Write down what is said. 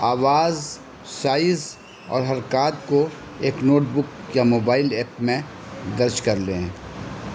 آواز سائز اور حرکات کو ایک نوٹ بک یا موبائل ایپ میں درج کر لیں